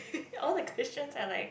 all the questions are like